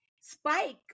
Spike